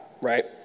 right